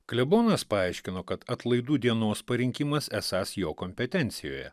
klebonas paaiškino kad atlaidų dienos parinkimas esąs jo kompetencijoje